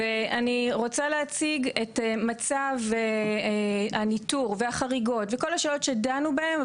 ואני רוצה להציג את מצב הניטור והחריגות וכל השאלות שדנו בהם,